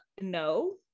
no